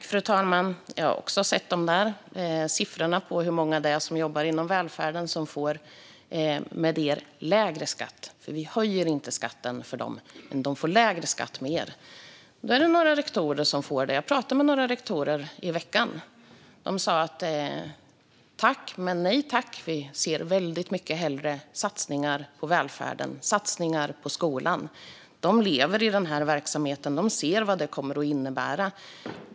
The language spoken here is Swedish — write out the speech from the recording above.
Fru talman! Jag har också sett siffrorna på hur många det är som jobbar inom välfärden och med er politik får lägre skatt. Vi höjer inte skatten för dem, men de får lägre skatt med er. Då är det några rektorer som får det, och jag pratade med några rektorer nu i veckan. De sa tack men nej tack. De ser mycket hellre satsningar på välfärden och på skolan. De lever i den här verksamheten och ser vad det kommer att innebära.